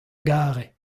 gare